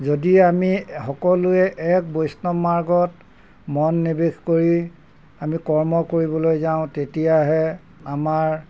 যদি আমি সকলোৱে এক বৈষ্ণৱ মাৰ্গত মন নিৱেশ কৰি আমি কৰ্ম কৰিবলৈ যাওঁ তেতিয়াহে আমাৰ